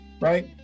right